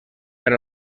per